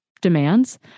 demands